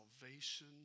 salvation